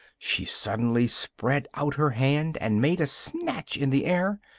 she suddenly spread out her hand, and made a snatch in the air.